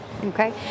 Okay